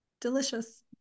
Delicious